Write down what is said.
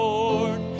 Lord